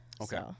okay